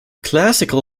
classical